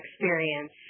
experience